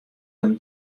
him